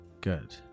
Good